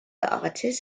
artists